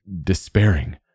despairing